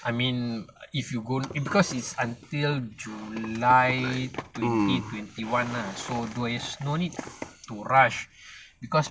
I mean if you go because is until july twenty twenty one lah so there is no need to rush because